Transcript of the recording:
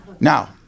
Now